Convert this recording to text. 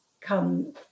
come